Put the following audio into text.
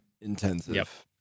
intensive